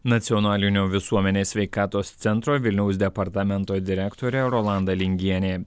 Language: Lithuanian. nacionalinio visuomenės sveikatos centro vilniaus departamento direktorė rolanda lingienė